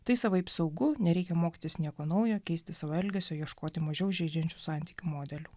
tai savaip saugu nereikia mokytis nieko naujo keisti savo elgesio ieškoti mažiau žeidžiančių santykių modelių